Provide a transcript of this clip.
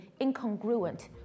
incongruent